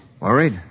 Worried